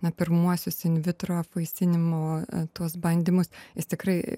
na pirmuosius invitro apvaisinimo tuos bandymus jis tikrai